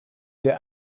der